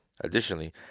Additionally